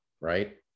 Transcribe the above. right